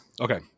Okay